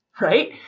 right